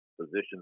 positions